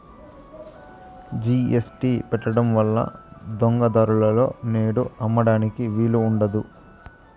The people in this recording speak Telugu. జీ.ఎస్.టీ పెట్టడం వల్ల దొంగ దారులలో నేడు అమ్మడానికి వీలు ఉండదు